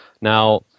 Now